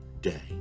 day